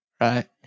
Right